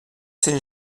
saint